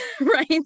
right